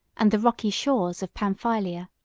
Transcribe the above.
and the rocky shores of pamphylia.